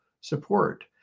support